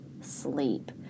sleep